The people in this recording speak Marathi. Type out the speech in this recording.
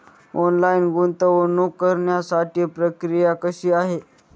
ऑनलाईन गुंतवणूक करण्यासाठी प्रक्रिया कशी आहे?